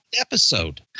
episode